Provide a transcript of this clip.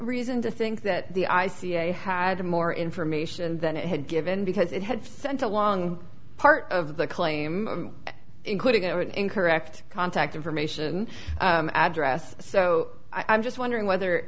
reason to think that the i c a had more information than it had given because it had sent along part of the claim including an incorrect contact information address so i'm just wondering whether